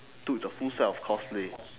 dude it's a full set of cosplay